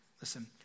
Listen